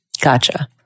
Gotcha